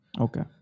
Okay